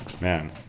man